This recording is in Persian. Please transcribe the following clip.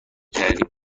کردیم